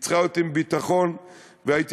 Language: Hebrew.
היא צריכה להיות עם ביטחון,